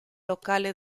locale